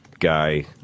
guy